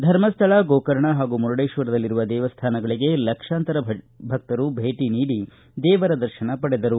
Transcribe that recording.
ಧರ್ಮಸ್ಥಳ ಗೋಕರ್ಣ ಹಾಗೂ ಮುರುಡೇತ್ವರದಲ್ಲಿರುವ ದೇವಸ್ಥಾನಗಳಿಗೆ ಲಕ್ಷಾಂತರ ಭಕ್ತರು ಭೇಟಿ ನೀಡಿ ದೇವರ ದರ್ಶನ ಪಡೆದರು